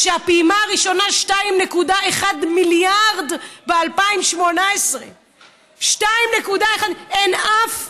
והפעימה הראשונה: 2.1 מיליארד ב-1 בינואר 2018. אין שום,